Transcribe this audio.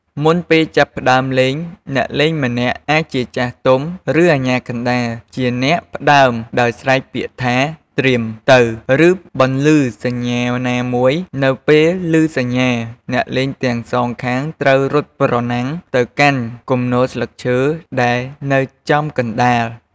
មុនពេលចាប់ផ្ដើមលេង អ្នកលេងម្នាក់អាចជាចាស់ទុំ ឬអាជ្ញាកណ្ដាល ជាអ្នកផ្ដើមដោយស្រែកពាក្យថា ត្រៀម! ទៅ! ឬបន្លឺសញ្ញាណាមួយ នៅពេលឮសញ្ញា អ្នកលេងទាំងសងខាងត្រូវរត់ប្រណាំងទៅកាន់គំនរស្លឹកឈើដែលនៅចំកណ្ដាល។